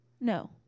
No